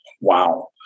Wow